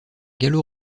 gallo